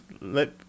let